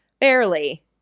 barely